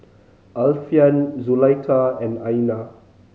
Alfian Zulaikha and Aina